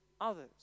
others